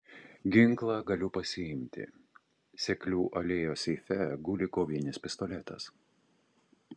ginklą galiu pasiimti seklių alėjos seife guli kovinis pistoletas